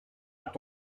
tout